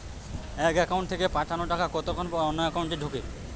এক একাউন্ট থেকে পাঠানো টাকা কতক্ষন পর অন্য একাউন্টে ঢোকে?